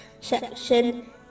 section